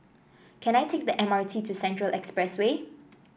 can I take the M R T to Central Expressway